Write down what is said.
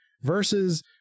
versus